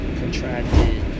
contracted